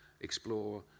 explore